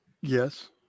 yes